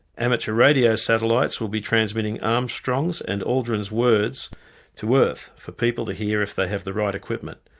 amateur radio satellites will be transmitting armstrong and aldrin's words to earth for people to hear if they have the right equipment.